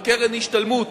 וקרן השתלמות